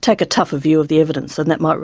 take a tougher view of the evidence and that might